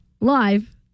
live